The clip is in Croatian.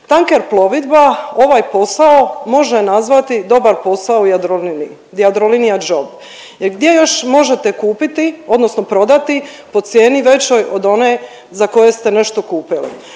Tanker plovidba ovaj posao može nazvati dobar posao u Jadroliniji, Jadrolinija job. Jer gdje još možete kupiti, odnosno prodati po cijeni većoj od one za koje ste nešto kupili.